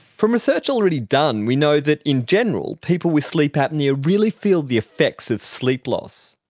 from research already done, we know that in general people with sleep apnoea really feel the effects of sleep loss.